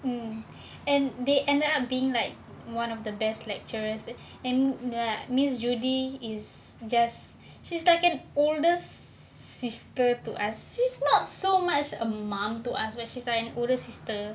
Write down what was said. um and they ended up being like one of the best lecturers and the miss judy is just she's like all the sisters to us she's not so much a mom to ask when she's like older sister